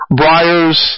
briars